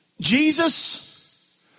Jesus